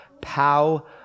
pow